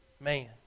man